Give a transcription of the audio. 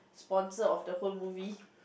sponsor of the whole movie